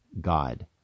God